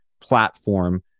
platform